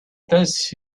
those